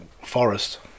forest